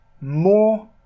more